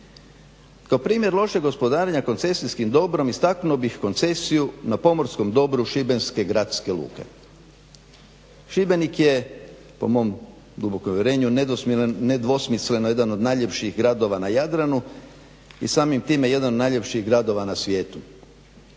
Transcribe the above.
Kao primjer lošeg gospodarenja koncesijskim dobrom istaknuo bih koncesiju na pomorskom dobru Šibenske gradske luke. Šibenik je po mom dubokom uvjerenju nedosmjeran nedvosmisleno jedan od najljepših gradova na Jadranu i samim time jedan od najljepših gradova na svijetu.